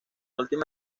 última